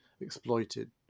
exploited